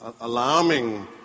alarming